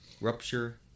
Rupture